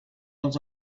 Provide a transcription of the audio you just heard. els